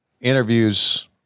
interviews